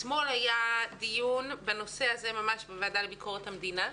אתמול היה דיון בנושא הזה בוועדה לענייני ביקורת המדינה.